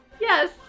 Yes